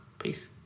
Peace